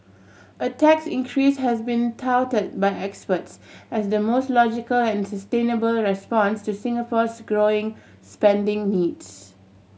a tax increase has been touted by experts as the most logical and sustainable response to Singapore's growing spending needs